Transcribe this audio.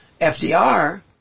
FDR